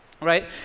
right